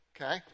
okay